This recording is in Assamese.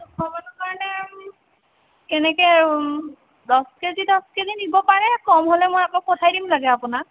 দুশ মানুহৰ কাৰণে কেনেকে দহ কেজি দহ কেজি নিব পাৰে কম হ'লে মই আকৌ পঠাই দিম লাগে আপোনাক